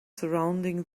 surrounding